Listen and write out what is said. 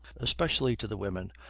especially to the women,